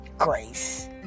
grace